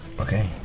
Okay